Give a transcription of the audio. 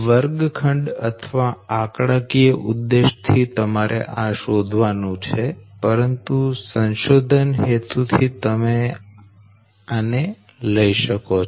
વર્ગખંડ અથવા આંકડાકીય ઉદ્દેશ્ય થી તમારે આ શોધવાનું છે પરંતુ સંશોધન હેતુ થી તમે આને લઈ શકો છો